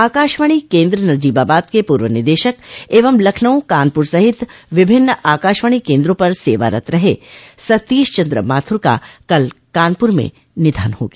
आकाशवाणी केन्द्र नजीबाबाद के पूर्व निदेशक एवं लखनऊ कानपुर सहित विभिन्न आकाशवाणी केन्द्रों पर सेवारत रहे सतीश चन्द्र माथुर का कल कानपुर में निधन हो गया